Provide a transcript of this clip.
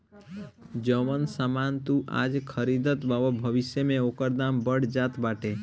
जवन सामान तू आज खरीदबअ भविष्य में ओकर दाम बढ़ जात बाटे